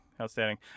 outstanding